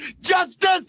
Justice